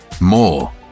More